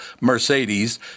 Mercedes